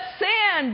sin